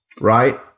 right